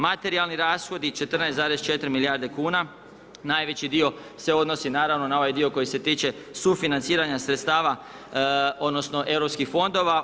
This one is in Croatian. Materijalni rashodi 14,4 milijardi kn, najveći dio se odnosi, naravno na ovaj dio koji se toče sufinanciranje sredstava, odnosno, europskih fondova.